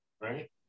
right